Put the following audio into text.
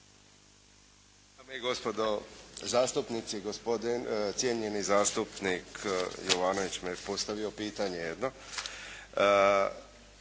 dame i gospodo zastupnici. Cijenjeni zastupnik Jovanović je postavio pitanje jedno.